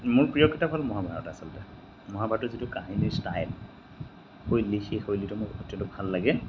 মোৰ প্ৰিয় কিতাপ হ'ল মহাভাৰত আচলতে মহাভাৰতৰ যিটো কাহিনীৰ ষ্টাইল শৈলী সেই শৈলীটো মোৰ অত্যন্ত ভাল লাগে